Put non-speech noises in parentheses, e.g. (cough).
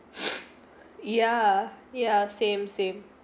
(breath) ya ya same same